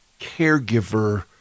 caregiver